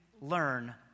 learn